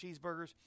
cheeseburgers